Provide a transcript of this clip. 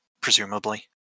presumably